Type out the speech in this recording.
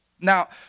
Now